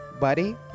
Buddy